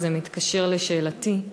וזה מתקשר לשאלתי.